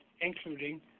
including